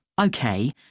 Okay